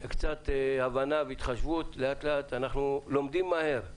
קצת הבנה והתחשבות אנחנו לומדים מהר,